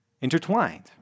intertwined